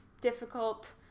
difficult